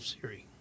Siri